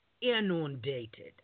inundated